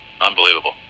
Unbelievable